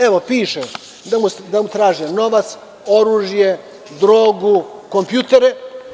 Evo, piše da mu traže novac, oružje, drogu, kompjutere.